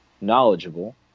knowledgeable